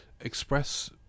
express